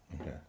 Okay